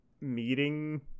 meeting